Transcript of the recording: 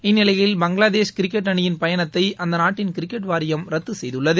இந்நிலையில் பங்களாதேஷ் கிரிக்கெட் அணியின் பயணத்தை அந்த நாட்டின் கிரிக்கெட் வாரியம் ரத்து செய்துள்ளது